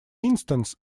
instance